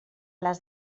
les